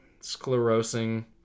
sclerosing